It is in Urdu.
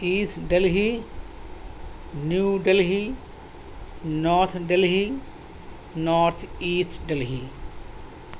asset Delhi new Delhi north Delhi north east Delhi